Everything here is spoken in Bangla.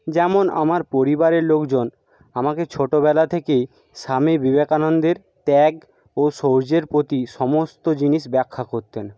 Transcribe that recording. যেমন আমার পরিবারের লোকজন আমাকে ছোটবেলা থেকেই স্বামী বিবেকানন্দের ত্যাগ ও শৌর্যের প্রতি সমস্ত জিনিস ব্যাখ্যা করতেন